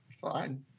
Fine